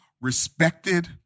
respected